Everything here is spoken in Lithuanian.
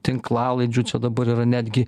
tinklalaidžių čia dabar yra netgi